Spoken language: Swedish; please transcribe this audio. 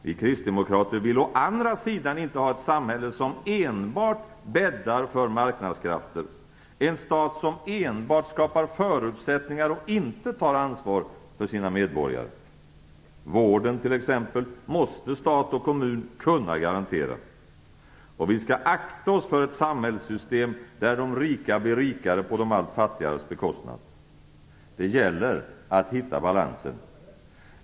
Vi kristdemokrater vill å andra sidan inte ha ett samhälle som enbart bäddar för marknadskrafter, en stat som enbart skapar förutsättningar och inte tar ansvar för sina medborgare. Stat och kommun måste kunna garantera t.ex. vården. Vi skall akta oss för ett samhällssystem där de rika blir rikare på de allt fattigare bekostnad. Det gäller att hitta balansen.